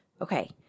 Okay